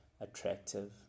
attractive